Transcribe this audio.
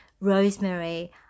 rosemary